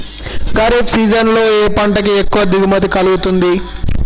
Kharif season లో ఏ పంట కి ఎక్కువ దిగుమతి కలుగుతుంది?